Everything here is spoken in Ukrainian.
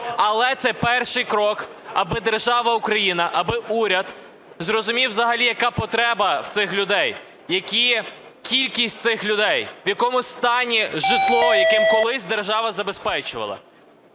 Але це перший крок, аби держава Україна, аби уряд зрозумів взагалі, яка потреба в цих людей, яка кількість цих людей, в якому стані житло, яким колись держава забезпечувала.